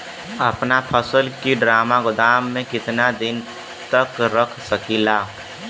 अपना फसल की ड्रामा गोदाम में कितना दिन तक रख सकीला?